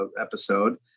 episode